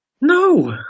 No